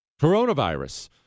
coronavirus